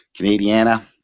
Canadiana